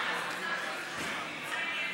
לוועדה את הצעת חוק